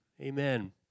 Amen